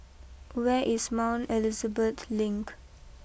where is Mount Elizabeth Link